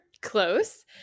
Close